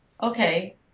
okay